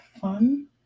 fun